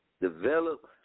Develop